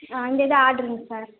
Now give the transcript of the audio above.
அந்த இது ஆர்ட்ருங்க சார்